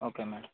okay madam